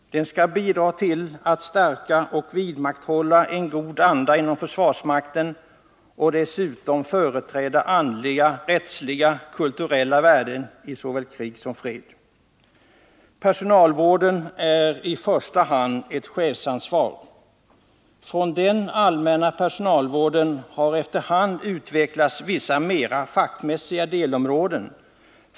Den skall bidra till att stärka och vidmakthålla en god anda inom försvarsmakten och dessutom företräda andliga, rättsliga och kulturella värden i såväl krig som fred. Personalvården är i första hand ett chefsansvar. Från den allmänna personalvården har efter hand utvecklats vissa mera fackmässiga delområden.